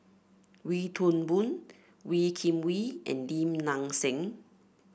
Wee Toon Boon Wee Kim Wee and Lim Nang Seng